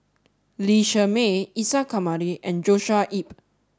Lee Shermay Isa Kamari and Joshua Ip